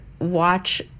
watch